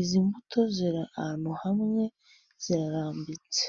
izi mbuto ziri ahantu hamwe zirarambitse.